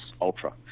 Ultra